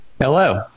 Hello